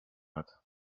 hat